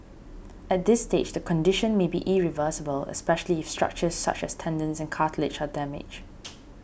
at this stage the condition may be irreversible especially if structures such as tendons and cartilage her damaged